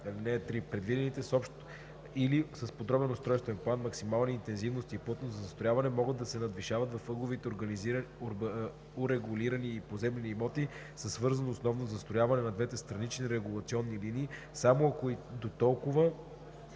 Предвидените с общ или с подробен устройствен план максимални интензивност и плътност на застрояване могат да се надвишават в ъгловите урегулирани поземлени имоти със свързано основно застрояване на двете странични регулационни линии само ако и доколкото